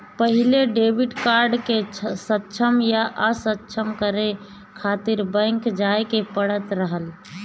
पहिले debit card के सक्षम या असक्षम करे खातिर बैंक जाए के पड़त रहल